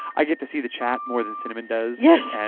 i get to see the chat more than cinnamon does. yes. yeah